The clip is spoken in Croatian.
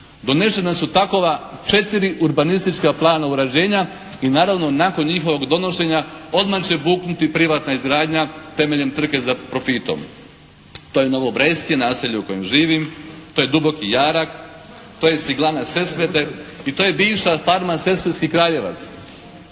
donesena su takova 4 urbanistička plana uređenja i naravno nakon njihovog donošenja odmah će buknuti privatna izgradnja temeljem trke za profitom. To je Novo Brestje, naselje u kojem živim. To je Duboki jarak. To je ciglana Sesvete i to je bivša farma Sesvetski Kraljevac.